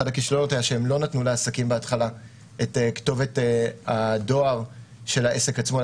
אחד הכישלונות היה שהם לא נתנו לעסקים בהתחלה כתובת דואר של העסק עצמו,